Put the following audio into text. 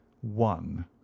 one